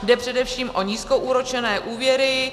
Jde především o nízkoúročené úvěry.